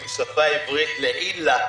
עם שפה עברית לעילה,